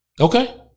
okay